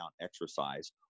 exercise